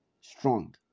strong